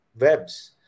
webs